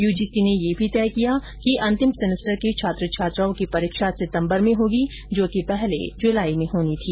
UGC ने यह भी तय किया है कि अंतिम सेमेस्टर के छात्र छात्राओं की परीक्षा सितंबर में होगी जो कि पहले जुलाई में होनी थी